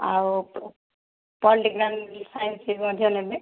ଆଉ political science ମଧ୍ୟ ନେବେ